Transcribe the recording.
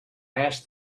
asked